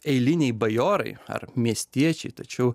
eiliniai bajorai ar miestiečiai tačiau